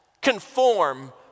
Conform